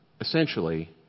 essentially